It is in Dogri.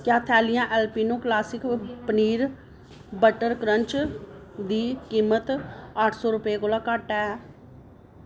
क्या थैलियां Alpino classic paneer butter crunch दी कीमत अट्ठ सौ रपेऽ कोला घट्ट ऐ